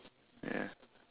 ya